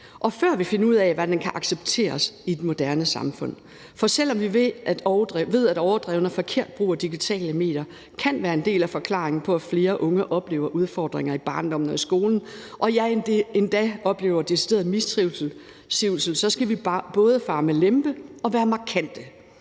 og før vi finder ud af, hvad der kan accepteres i et moderne samfund. For selv om vi ved, at overdreven og forkert brug af digitale medier kan være en del af forklaringen på, at flere unge oplever udfordringer i barndommen og skolen, endda oplever decideret mistrivsel, skal vi både fare med lempe og være markante.